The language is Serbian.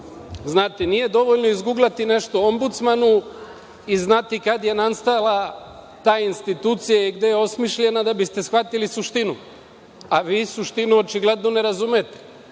Znate, nije dovoljno izguglati o Ombudsmanu i znati kada je nastala ta institucija i gde je osmišljena da bi ste shvatili suštinu, a vi suštinu očigledno ne razumete. Kada